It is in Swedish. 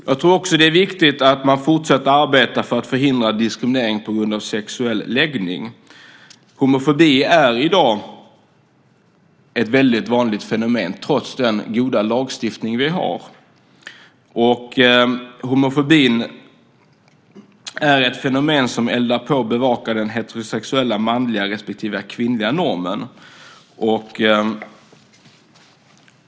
Jag tror också att det är viktigt att man fortsätter att arbeta för att förhindra diskriminering på grund av sexuell läggning. Homofobi är i dag ett väldigt vanligt fenomen trots den goda lagstiftning vi har. Homofobin är ett fenomen som eldar på och bevakar den heterosexuella manliga respektive kvinnliga normen.